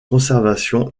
conservation